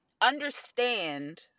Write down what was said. understand